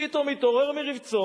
פתאום התעורר מרבצו.